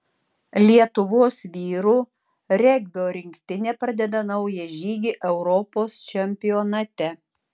lietuvos vyrų regbio rinktinė pradeda naują žygį europos čempionate